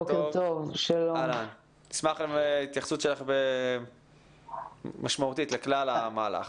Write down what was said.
נשמח להתייחסות שלך לכלל המהלך.